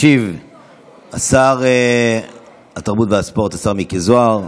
ישיב שר התרבות והספורט השר מיקי זוהר,